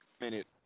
minute